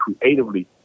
creatively